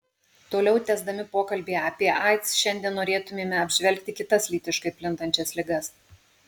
toliau tęsdami pokalbį apie aids šiandien norėtumėme apžvelgti kitas lytiškai plintančias ligas